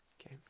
Okay